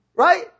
right